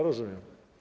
Rozumiem.